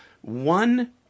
one